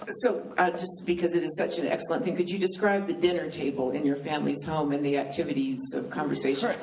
ah so, ah just because it is such an excellent thing, could you describe the dinner table in your family's home and the activities of conversation? correct.